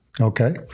Okay